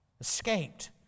escaped